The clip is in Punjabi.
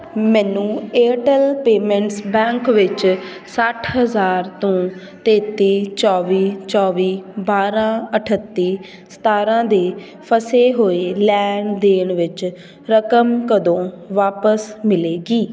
ਮੈਨੂੰ ਏਅਰਟੈੱਲ ਪੇਮੈਂਟਸ ਬੈਂਕ ਵਿੱਚ ਸੱਠ ਹਜ਼ਾਰ ਤੋਂ ਤੇਤੀ ਚੌਵੀ ਚੌਵੀ ਬਾਰਾਂ ਅਠੱਤੀ ਸਤਾਰਾਂ ਦੇ ਫਸੇ ਹੋਏ ਲੈਣ ਦੇਣ ਵਿੱਚ ਰਕਮ ਕਦੋਂ ਵਾਪਿਸ ਮਿਲੇਗੀ